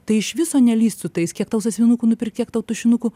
tai iš viso nelįst su tais kiek tau sąsiuvinukų nupirkti kiek tau tušinukų